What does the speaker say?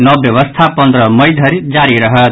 नव व्यवस्था पन्द्रह मई धरि जारी रहत